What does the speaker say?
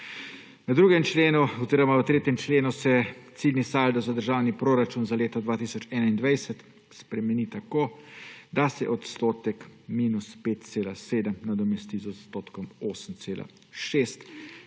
V 2. členu oziroma v 3. členu se ciljni saldo za državni proračun za leto 2021 spremeni tako, da se odstotek –5,7 nadomesti z odstotkom –8,6,